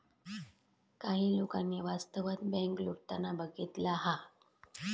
काही लोकांनी वास्तवात बँक लुटताना बघितला हा